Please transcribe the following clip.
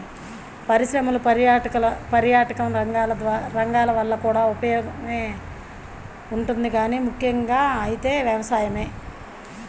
పరిశ్రమలు, పర్యాటకం లాంటి రంగాల వల్ల కూడా ఉపయోగమే ఉంటది గానీ ముక్కెంగా అయితే వ్యవసాయమే